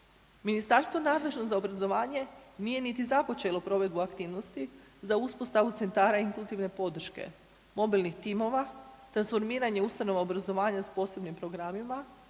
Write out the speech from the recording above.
Ministarstvo nadležno za obrazovanje nije niti započelo provedbu aktivnosti za uspostavu centara inkluzivne podrške, mobilnih timova, transformiranja ustanova obrazovanja s posebnim programima